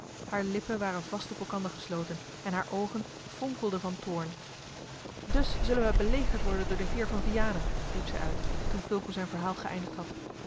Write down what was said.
hare lippen waren vast op elkander gesloten en hare oogen fonkelden van toorn dus zullen wij belegerd worden door den heer van vianen riep zij uit toen fulco zijn verhaal geëindigd had